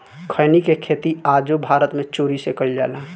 खईनी के खेती आजो भारत मे चोरी से कईल जाला